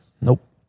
Nope